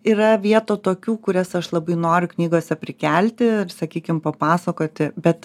yra vietų tokių kurias aš labai noriu knygose prikelti sakykim papasakoti bet